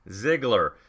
Ziggler